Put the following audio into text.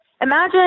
imagine